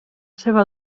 seva